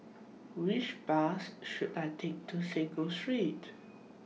Which Bus should I Take to Sago Street